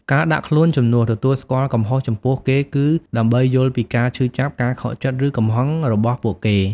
ការដាក់ខ្លួនជំនួសទទួលស្គាល់កំហុសចំពោះគេគឺ ដើម្បីយល់ពីការឈឺចាប់ ការខកចិត្ត ឬកំហឹងរបស់ពួកគេ។